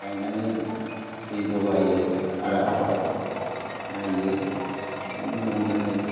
गायनानै दै जगायो आरो आबादखौ नायो बेनि उनाव जोङो